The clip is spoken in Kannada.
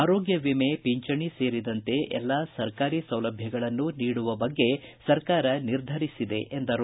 ಆರೋಗ್ಯ ವಿಮೆ ಪಿಂಚಣಿ ಸೇರಿದಂತೆ ಎಲ್ಲಾ ಸರ್ಕಾರಿ ಸೌಲಭ್ಯಗಳನ್ನು ನೀಡುವ ಬಗ್ಗೆ ಸರ್ಕಾರ ನಿರ್ಧರಿಸಿದೆ ಎಂದರು